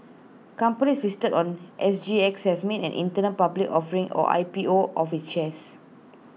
companies listed on S G X have made an internal public offering or I P O of its shares